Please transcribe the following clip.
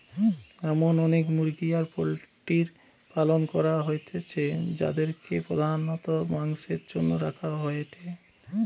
এরম অনেক মুরগি আর পোল্ট্রির পালন করা হইতিছে যাদিরকে প্রধানত মাংসের জন্য রাখা হয়েটে